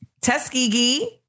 Tuskegee